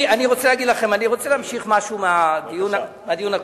אני רוצה להמשיך משהו מהדיון הקודם.